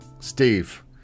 Steve